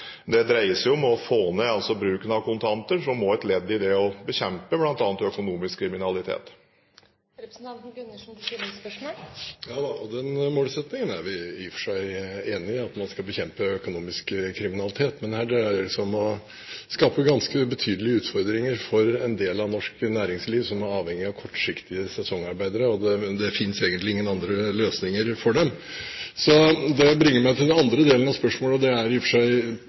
Det dreier seg altså om å få ned bruken av kontanter, som et ledd i det å bekjempe bl.a. økonomisk kriminalitet. Den målsettingen, at man skal bekjempe økonomisk kriminalitet, er vi i og for seg enige om, men her dreier det seg om å skape ganske betydelige utfordringer for en del av norsk næringsliv som er avhengig av kortsiktige sesongarbeidere, og det finnes egentlig ingen andre løsninger for dem. Det bringer meg til den andre delen av spørsmålet, og det er